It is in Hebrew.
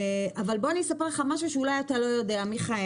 אבל בוא אני אספר לך משהו שאולי אתה לא יודע מיכאל,